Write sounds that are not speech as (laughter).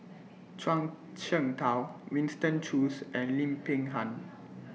Zhuang Shengtao Winston Choos and Lim Peng Han (noise)